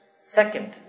Second